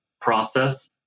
process